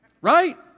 Right